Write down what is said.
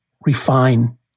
refine